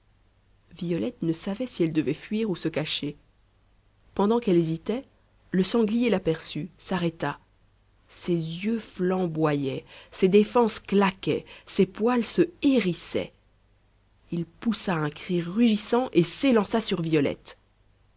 violette ne savait si elle devait fuir ou se cacher pendant qu'elle hésitait le sanglier l'aperçut s'arrêta ses yeux flamboyaient ses défenses claquaient ses poils se hérissaient il poussa un cri rugissant et s'élança sur violette